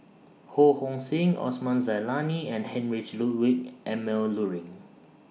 Ho Hong Sing Osman Zailani and Heinrich Ludwig Emil Luering